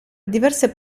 diverse